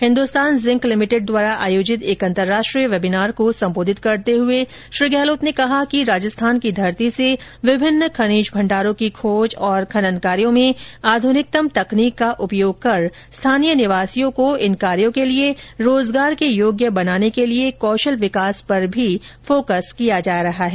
Hindustan zinc limited द्वारा आयोजित एक अंतरराष्ट्रीय वेबीनार को संबोधित करते हुए श्री गहलोत ने कहा कि राजस्थान की धरती से विभिन्न खनिज भण्डारों की खोज और खनन कार्यों में आध्रनिकतम तकनीक का उपयोग कर स्थानीय निवासियों को इन कार्यों के लिए रोजगार के योग्य बनाने के लिए कौशल विकास पर भी फोकस किया जा रहा है